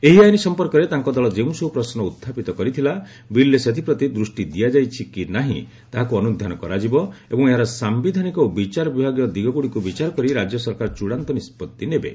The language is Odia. ଏହି ଆଇନ ସଫପର୍କରେ ତାଙ୍କ ଦଳ ଯେଉଁସବୁ ପ୍ରଶ୍ନ ଉଡ୍ଚାପିତ କରିଥିଲା ବିଲ୍ରେ ସେଥିପ୍ରତି ଦୃଷ୍ଟି ଦିଆଯାଇଛି କି ନାହିଁ ତାହାକୁ ଅନୁଧ୍ୟାନ କରାଯିବ ଏବଂ ଏହାର ସାୟିଧାନିକ ଓ ବିଚାରବିଭାଗୀୟ ଦିଗଗୁଡ଼ିକୁ ବିଚାର କରି ରାଜ୍ୟ ସରକାର ଚୂଡ଼ାନ୍ତ ନିଷ୍କଭି ନେବେ